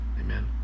Amen